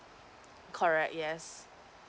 correct yes